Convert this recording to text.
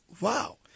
wow